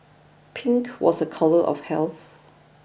pink was a colour of health